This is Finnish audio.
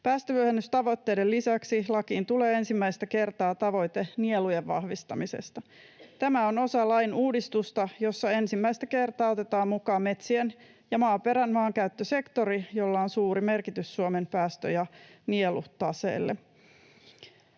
Päästövähennystavoitteiden lisäksi lakiin tulee ensimmäistä kertaa tavoite nielujen vahvistamisesta. Tämä on osa lain uudistusta, jossa ensimmäistä kertaa otetaan mukaan metsien ja maaperän maankäyttösektori, jolla on suuri merkitys Suomen päästö- ja nielutaseelle.